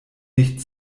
nicht